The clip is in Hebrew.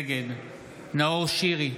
נגד נאור שירי,